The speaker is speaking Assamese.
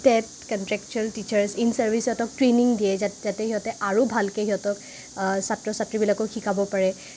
TET contractual teachers in service ইহঁতক ট্ৰেইনিং দিয়ে যাতে সিহঁতে আৰু ভালকে সিহঁতক ছাত্ৰ ছাত্ৰীবিলাকক শিকাব পাৰে